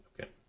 Okay